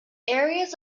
areas